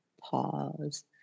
pause